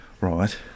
Right